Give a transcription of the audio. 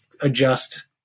adjust